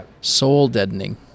soul-deadening